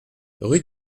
rue